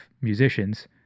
musicians